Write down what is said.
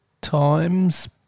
times